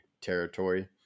territory